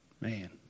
Man